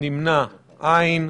נמנע אין.